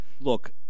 Look